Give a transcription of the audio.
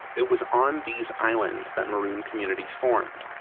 it was on these islands that maroon communities formed,